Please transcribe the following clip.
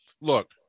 look